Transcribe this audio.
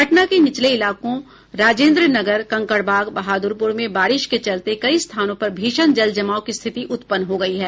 पटना के निचले इलाकों राजेन्द्र नगर कंकड़बाग बहादुरपुर में बारिश के चलते कई स्थानों पर भीषण जल जमाव की स्थिति उत्पन्न हो गयी है